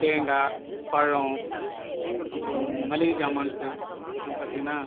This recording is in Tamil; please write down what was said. தேங்காய் பழம் அப்புறம் மளிகை ஜாமான்சு இன்னும் பார்த்தீங்கன்னா